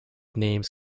names